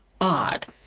odd